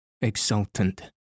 exultant